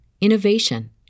innovation